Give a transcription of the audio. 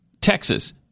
Texas